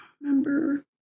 remember